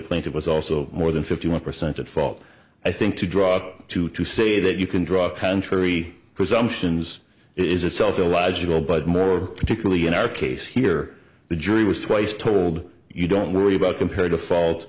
it was also more than fifty one percent at fault i think to draw to to say that you can draw contrary presumptions it is a self illogical but more particularly in our case here the jury was twice told you don't worry about compared to fault